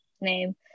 name